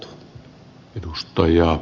arvoisa puhemies